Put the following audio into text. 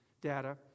data